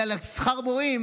אלא לשכר מורים,